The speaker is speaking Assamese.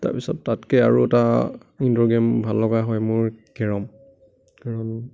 তাৰপাছত তাতকে আৰু এটা ইনড'ৰ গেম ভাল লগা হয় মোৰ কেৰম কাৰণ